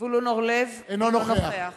אינו נוכח